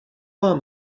vám